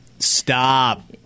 stop